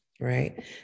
right